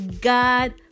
God